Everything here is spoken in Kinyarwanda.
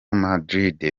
madrid